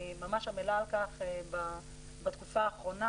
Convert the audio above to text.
אני ממש עמלה על כך בתקופה האחרונה,